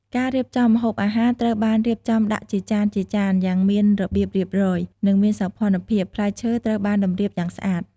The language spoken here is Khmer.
ការរៀបចំ ម្ហូបអាហារត្រូវបានរៀបចំដាក់ជាចានៗយ៉ាងមានរបៀបរៀបរយ និងមានសោភ័ណភាព ផ្លែឈើត្រូវបានតម្រៀបយ៉ាងស្អាត។